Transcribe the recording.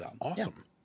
awesome